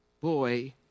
boy